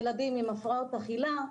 ילדים עם הפרעות אכילה,